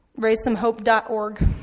Raisesomehope.org